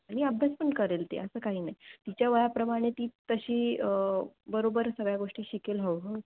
आणि अभ्यास पण करेल ते असं काही नाही तिच्या वयाप्रमाणे ती तशी बरोबर सगळ्या गोष्टी शिकेल हळू हळू